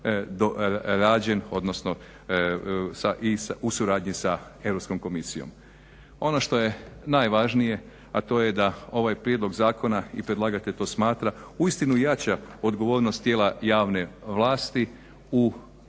odnosno u suradnji sa EU komisijom. Ono što je najvažnije, a to je da ovaj prijedlog zakona i predlagatelj to smatra uistinu jača odgovornost tijela javne vlasti u pravu